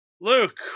Luke